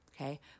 okay